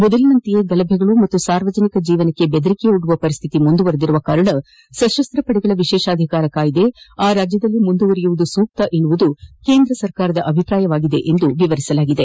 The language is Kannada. ಮೊದಲಿನಂತೆಯೇ ಗಲಭೆಗಳು ಮತ್ತು ಸಾರ್ವಜನಿಕ ಜೀವನಕ್ಕೆ ಬೆದರಿಕೆಯೊಡ್ಡುವ ಪರಿಸ್ತಿತಿ ಮುಂದುವರೆದಿರುವ ಕಾರಣ ಸಶಸ್ತ ಪಡೆಗಳ ವಿಶೇಷ ಅಧಿಕಾರ ಕಾಯ್ದೆ ಆ ರಾಜ್ಯದಲ್ಲಿ ಮುಂದುವರಿಯುವುದು ಸೂಕ್ತವೆನ್ನುವುದು ಕೇಂದ್ರ ಸರ್ಕಾರದ ಅಭಿಪ್ರಾಯವಾಗಿದೆ ಎಂದು ವಿವರಿಸಲಾಗಿದೆ